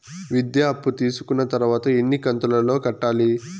విద్య అప్పు తీసుకున్న తర్వాత ఎన్ని కంతుల లో కట్టాలి?